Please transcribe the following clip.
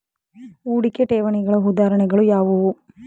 ಹೂಡಿಕೆ ಠೇವಣಿಗಳ ಉದಾಹರಣೆಗಳು ಯಾವುವು?